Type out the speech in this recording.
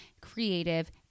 creative